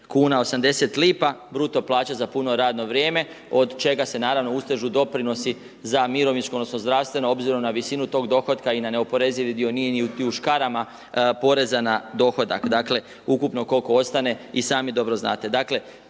kuna i 80 lipa, bruto plaća za puno radno vrijeme od čega se naravno ustežu doprinosi za mirovinsko, odnosno zdravstveno, obzirom na visinu tog dohotka i na neoporezivi dio nije ni u škarama poreza na dohodak, dakle ukupno koliko ostane i sami dobro znate.